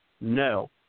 no